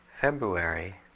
February